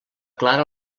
clara